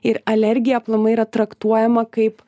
ir alergija aplamai yra traktuojama kaip